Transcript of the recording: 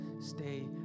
stay